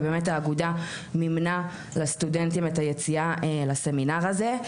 ובאמת האגודה מימנה לסטודנטים את היציאה לסמינר הזה.